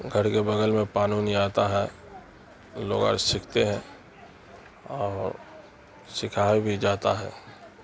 گھر کے بگل میں پانی نہیں آتا ہے لوگ اور سیکھتے ہیں اور سکھائے بھی جاتا ہے